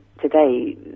today